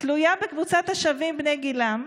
תלויה בקבוצת השווים, בני גילם,